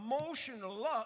emotional